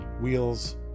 wheels